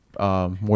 More